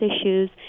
issues